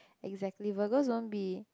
exactly Virgos don't be